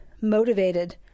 motivated